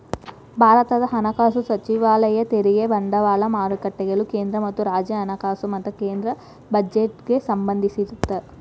ಭಾರತದ ಹಣಕಾಸು ಸಚಿವಾಲಯ ತೆರಿಗೆ ಬಂಡವಾಳ ಮಾರುಕಟ್ಟೆಗಳು ಕೇಂದ್ರ ಮತ್ತ ರಾಜ್ಯ ಹಣಕಾಸು ಮತ್ತ ಕೇಂದ್ರ ಬಜೆಟ್ಗೆ ಸಂಬಂಧಿಸಿರತ್ತ